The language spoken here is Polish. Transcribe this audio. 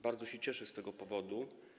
Bardzo się cieszę z tego powodu.